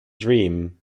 dream